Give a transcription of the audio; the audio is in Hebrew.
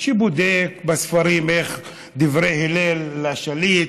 שבדק בספרים את דברי ההלל לשליט,